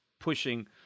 pushing